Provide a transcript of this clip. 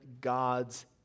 God's